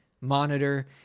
monitor